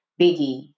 Biggie